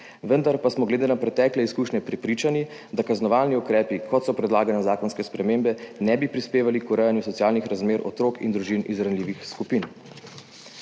Vendar pa smo glede na pretekle izkušnje prepričani, da kaznovalni ukrepi, kot so predlagane zakonske spremembe, ne bi prispevali k urejanju socialnih razmer otrok in družin iz ranljivih skupin.